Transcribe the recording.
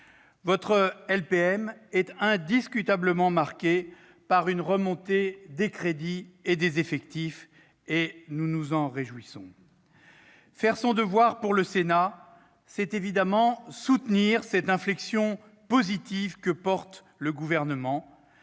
Votre LPM est indiscutablement marquée par une remontée des crédits et des effectifs, et nous nous en réjouissons. Faire son devoir, pour le Sénat, c'est évidemment soutenir l'inflexion positive que porte le Gouvernement,